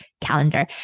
calendar